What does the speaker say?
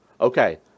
Okay